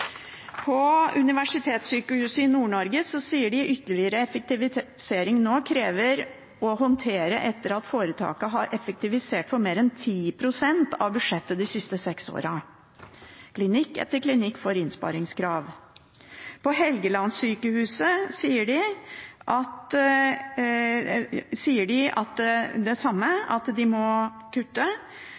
På Universitetssykehuset Nord-Norge sier de at ytterligere effektivisering nå er krevende å håndtere etter at foretaket har effektivisert for mer enn 10 pst. av budsjettet de siste seks årene. Klinikk etter klinikk får innsparingskrav. På Helgelandssykehuset sier de det samme, at de må kutte,